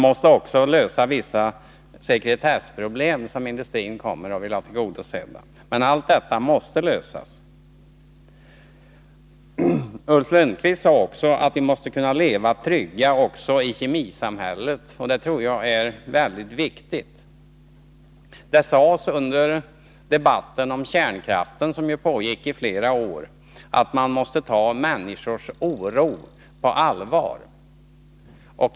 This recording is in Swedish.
Dessutom måste vissa sekretessproblem lösas. Det är krav som industrin vill ha tillgodosedda. Alla frågor i det här avseendet måste lösas. Ulf Lönnqvist sade vidare att vi måste kunna leva trygga också i kemisamhället. Även jag tror att det är mycket viktigt. I samband med kärnkraftsdebatten, som ju pågick i flera år, sades det att man måste ta människors oro på allvar.